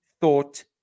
thought